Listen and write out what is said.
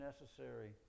necessary